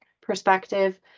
perspective